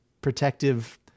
protective